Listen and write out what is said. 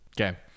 Okay